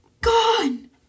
gone